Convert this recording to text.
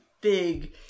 big